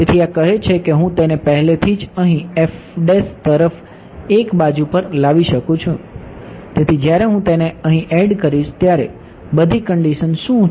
તેથી આ કહે છે કે હું તેને પહેલેથી જ અહીં તરફ એક બાજુ પર લાવી શકું છું તેથી જ્યારે હું તેને અહીં એડ કરીશ ત્યારે બધી કન્ડિશન શું હશે